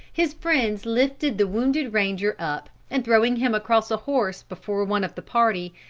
his friends lifted the wounded ranger up and throwing him across a horse before one of the party,